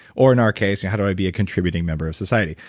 or in our case yeah how do i be a contributing member of society?